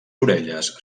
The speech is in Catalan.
orelles